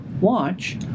watch